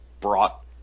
brought